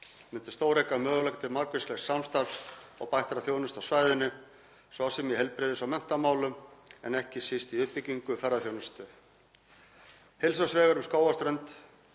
myndu stórauka möguleika til margvíslegs samstarfs og bættrar þjónustu á svæðinu, svo sem í heilbrigðis- og menntamálum en ekki síst í uppbyggingu ferðaþjónustu. Heilsársvegur um Skógarströnd